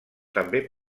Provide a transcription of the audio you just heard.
també